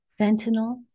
Fentanyl